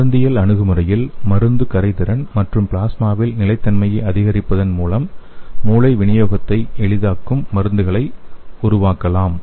மருந்தியல் அணுகுமுறையில் மருந்து கரைதிறன் மற்றும் பிளாஸ்மாவில் நிலைத்தன்மையை அதிகரிப்பதன் மூலம் மூளை விநியோகத்தை எளிதாக்கும் மருந்துகளை உருவாக்கலாம்